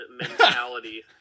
mentality